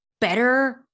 better